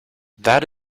that